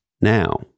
now